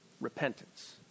repentance